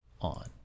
on